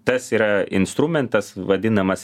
tas yra instrumentas vadinamas